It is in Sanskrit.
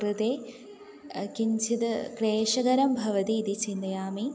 कृते किञ्चिद् क्लेशकरं भवति इति चिन्तयामि